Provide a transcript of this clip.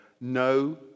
no